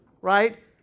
right